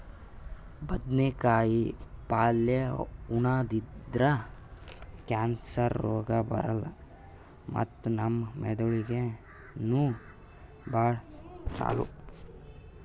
ಬದ್ನೇಕಾಯಿ ಪಲ್ಯ ಉಣದ್ರಿಂದ್ ಕ್ಯಾನ್ಸರ್ ರೋಗ್ ಬರಲ್ಲ್ ಮತ್ತ್ ನಮ್ ಮೆದಳಿಗ್ ನೂ ಭಾಳ್ ಛಲೋ